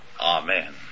Amen